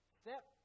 step